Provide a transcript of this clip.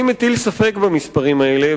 אני מטיל ספק במספרים האלה.